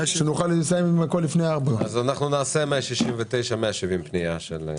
היום אותו קשיש משלם שכר דירה למישהו פרטי?